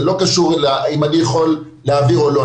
זה לא קשור להאם אני יכול להעביר או לא.